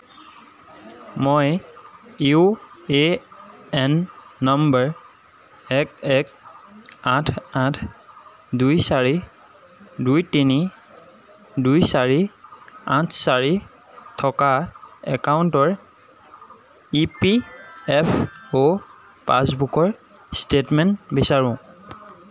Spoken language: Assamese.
মই ইউ এ এন নম্বৰ এক এক আঠ আঠ দুই চাৰি দুই তিনি দুই চাৰি আঠ চাৰি থকা একাউণ্টৰ ই পি এফ অ' পাছবুকৰ ষ্টেটমেণ্ট বিচাৰোঁ